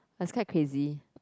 I quite crazy